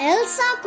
Elsa